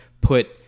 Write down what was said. put